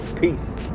Peace